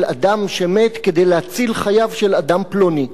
אדם שמת כדי להציל חייו של אדם פלוני,